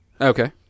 Okay